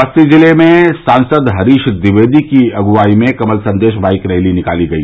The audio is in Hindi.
बस्ती जिले में सांसद हरीश द्विवेदी की अगुवाई में कमल संदेश बाईक रैली निकाली गई